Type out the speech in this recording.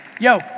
Yo